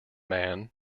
man